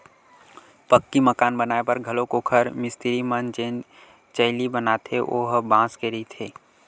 पक्की मकान बनाए बर घलोक ओखर मिस्तिरी मन जेन चइली बनाथे ओ ह बांस के रहिथे